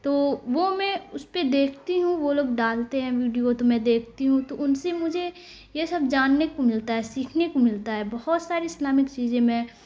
تو وہ میں اس پہ دیکھتی ہوں وہ لوگ ڈالتے ہیں ویڈیو تو میں دیکھتی ہوں تو ان سے مجھے یہ سب جاننے کو ملتا ہے سیکھنے کو ملتا ہے بہت سارے اسلامک چیزیں میں